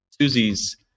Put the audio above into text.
Susie's